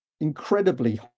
incredibly